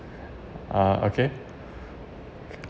ah okay